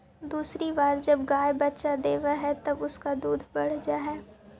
दूसरी बार जब गाय बच्चा देवअ हई तब उसका दूध बढ़ जा हई